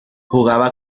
jugaba